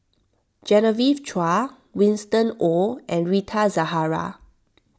Genevieve Chua Winston Oh and Rita Zahara